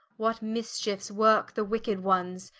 what mischiefes work the wicked ones?